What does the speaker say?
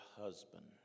husband